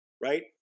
right